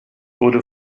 wurde